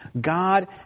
God